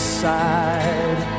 side